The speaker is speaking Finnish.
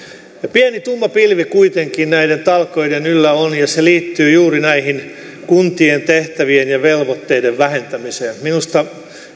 pieni tumma pilvi kuitenkin näiden talkoiden yllä on ja se liittyy juuri tähän kuntien tehtävien ja velvoitteiden vähentämiseen minusta